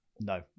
No